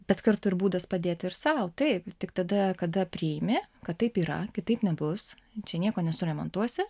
bet kartu ir būdas padėti ir sau taip tik tada kada priimi kad taip yra kitaip nebus čia nieko nesuremontuosi